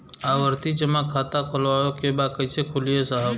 आवर्ती जमा खाता खोलवावे के बा कईसे खुली ए साहब?